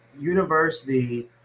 University